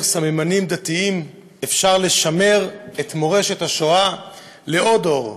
סממנים דתיים אפשר לשמר את מורשת השואה לעוד דור,